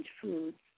foods